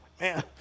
man